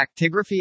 actigraphy